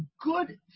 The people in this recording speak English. good